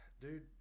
dude